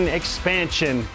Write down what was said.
expansion